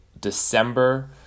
December